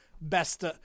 Best